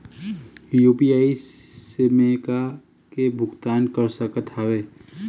UPI से मैं का का के भुगतान कर सकत हावे?